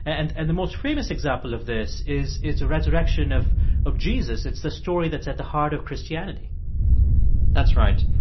and and the most famous example of this is is the resurrection of of jesus. it's the story that's at the heart of christianity that's right.